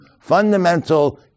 fundamental